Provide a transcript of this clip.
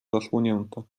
zasłonięte